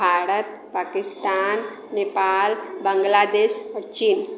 भारत पाकिस्तान नेपाल बांग्लादेश आओर चीन